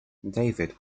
david